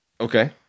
Okay